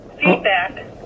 Feedback